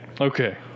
Okay